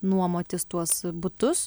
nuomotis tuos butus